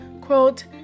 quote